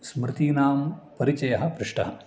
स्मृतीनां परिचयः पृष्टः